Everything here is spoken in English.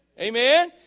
Amen